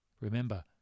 Remember